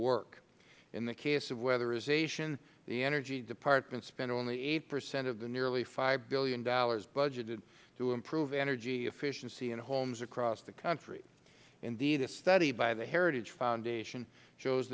work in the case of weatherization the energy department spent only eight percent of the nearly five dollars billion budgeted to improve energy efficiency in homes across the country indeed a study by the heritage foundation shows